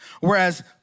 whereas